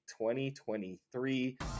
2023